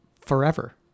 forever